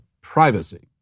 privacy